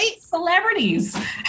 celebrities